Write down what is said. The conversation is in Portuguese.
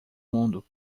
mundo